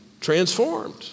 transformed